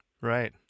Right